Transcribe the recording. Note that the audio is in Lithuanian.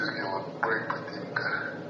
irgi labai patinka